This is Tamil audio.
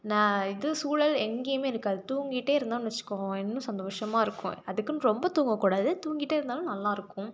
ந இது சூழல் எங்கேயுமே இருக்காது தூங்கிட்டே இருந்தோன்னு வச்சிக்கோங்க இன்னும் சந்தோஷமாக இருக்கும் அதுக்குன்னு ரொம்ப தூங்கக்கூடாது தூங்கிட்டே இருந்தாலும் நல்லாயிருக்கும்